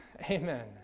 Amen